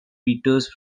peters